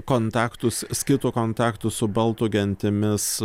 kontaktus skitų kontaktus su baltų gentimis